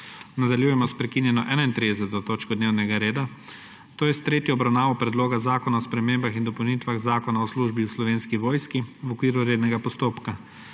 Nadaljujemo s prekinjeno 31.točko dnevnega reda, to je s tretjo obravnavo Predloga zakona o spremembah in dopolnitvah Zakona o službi v Slovenski vojski v okviru rednega postopka.